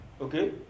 Okay